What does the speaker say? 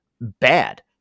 bad